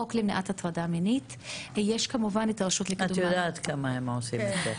החוק למניעת הטרדה מינית -- את יודעת כמה הם עושים את זה.